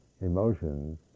emotions